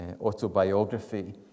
autobiography